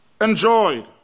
enjoyed